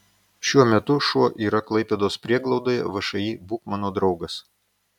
šiuo metu šuo yra klaipėdos prieglaudoje všį būk mano draugas